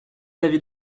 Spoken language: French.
l’avis